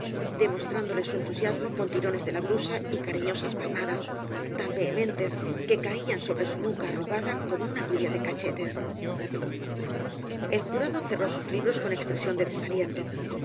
demostrándole su entusiasmo con tirones de la blusa y cariñosas palmadas tan vehementes que caían sobre su nuca arrugada como una lluvia de cachetes el jurado cerró sus libros con expresión de desaliento